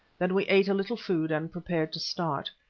then we ate a little food and prepared to start.